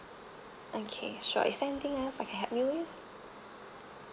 okay sure is there anything else I can help you with